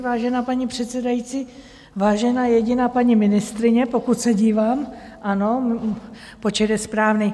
Vážená paní předsedající, vážená jediná paní ministryně, pokud se dívám, ano, počet je správný.